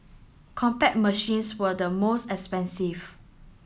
Compaq machines were the most expensive